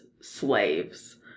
slaves